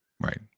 Right